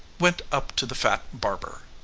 went up to the fat barber.